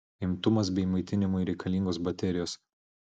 imtuvas bei maitinimui reikalingos baterijos